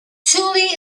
tully